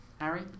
Harry